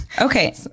Okay